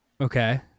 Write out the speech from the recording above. Okay